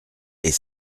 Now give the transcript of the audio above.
est